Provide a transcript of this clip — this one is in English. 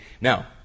now